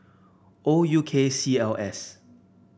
O U K C L S